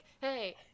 hey